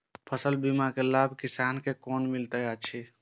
फसल बीमा के लाभ किसान के कोना मिलेत अछि?